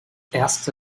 erste